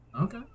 okay